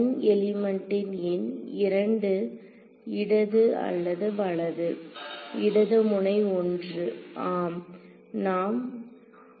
N எலிமெண்ட்டின் எண் 2 இடது அல்லது வலது இடது முனை 1 ஆம்